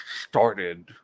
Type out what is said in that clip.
started